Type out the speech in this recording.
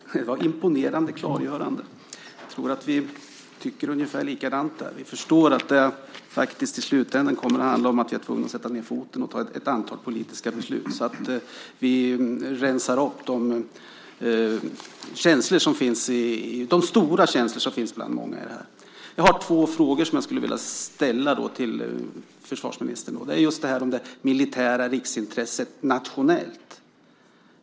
Fru talman! Det var imponerande klargörande. Jag tror att vi tycker ungefär likadant där. Vi förstår att det i slutändan kommer att handla om att vi är tvungna att sätta ned foten och fatta ett antal politiska beslut så att vi rensar upp de stora känslor som finns hos många. Jag har två frågor som jag skulle vilja ställa till försvarsministern. De gäller just det militära riksintresset nationellt.